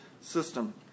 system